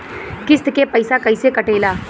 किस्त के पैसा कैसे कटेला?